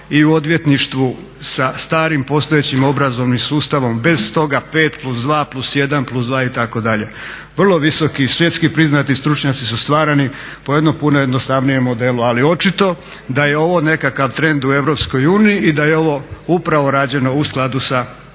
i u odvjetništvu sa starim postojećim obrazovnim sustavom bez toga 5+2+1+2 itd. Vrlo visoki svjetski priznati stručnjaci su stvarani po jednom puno jednostavnijem modelu. Ali očito da je ovo nekakav trend u EU i da je ovo upravo rađeno u skladu sa